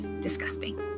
Disgusting